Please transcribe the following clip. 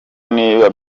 niba